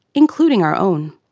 including our own.